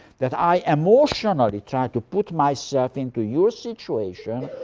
that i emotionally try to put myself into your situation,